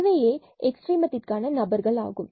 இவையே எக்ஸ்ட்ரீமத்திற்கான நபர்கள் ஆகும்